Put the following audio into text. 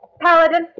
Paladin